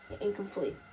Incomplete